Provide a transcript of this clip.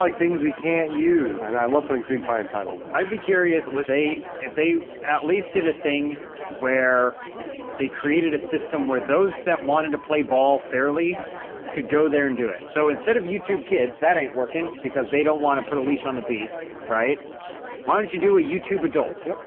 like things we can't use and i love putting cream pie in titles i'd be curious with a if they at least did a thing where they created a system where those that wanted to play ball fairly could go there and do it so instead of youtube kids that ain't working because they don't want to put a leash on the beast right why don't you do a youtube adults?